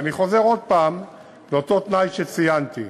ואני חוזר עוד הפעם לאותו תנאי שציינתי,